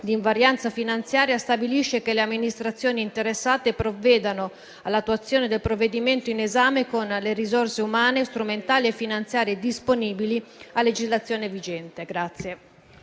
invarianza finanziaria, stabilisce che le amministrazioni interessate provvedano all'attuazione del provvedimento in esame con le risorse umane, strumentali e finanziarie disponibili a legislazione vigente.